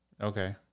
Okay